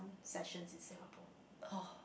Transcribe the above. sessions in Singapore